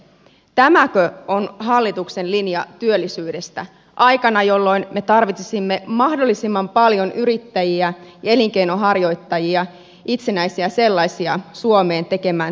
tämäkö on hallituksen linja työllisyydestä aikana jolloin me tarvitsisimme mahdollisimman paljon yrittäjiä ja elinkeinonharjoittajia itsenäisiä sellaisia suomeen tekemään töitä